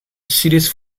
serious